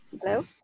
Hello